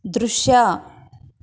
ದೃಶ್ಯ